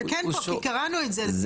זה כן פה, כי קראנו את זה.